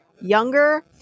Younger